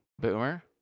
Boomer